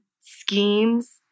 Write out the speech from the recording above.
schemes